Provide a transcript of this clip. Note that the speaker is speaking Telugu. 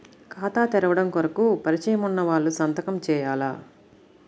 ఖాతా తెరవడం కొరకు పరిచయము వున్నవాళ్లు సంతకము చేయాలా?